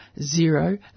zero